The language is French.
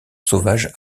sauvages